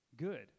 good